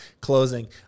closing